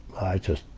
i just,